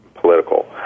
political